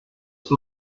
with